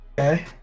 Okay